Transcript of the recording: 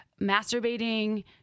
masturbating